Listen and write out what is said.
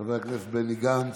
חבר הכנסת בני גנץ.